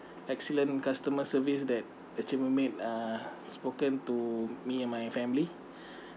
excellent customer service that the chambermaid uh spoken to me and my family